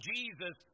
Jesus